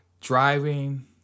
driving